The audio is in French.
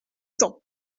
temps